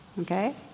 okay